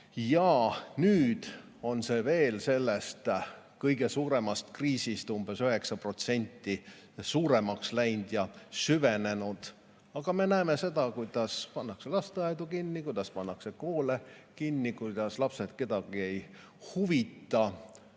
Nüüd on see veel sellest kõige suuremast kriisist umbes 9% suuremaks läinud ja süvenenud. Me näeme seda, kuidas pannakse lasteaedu kinni, kuidas pannakse koole kinni, kuidas lapsed kedagi ei huvita.